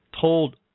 told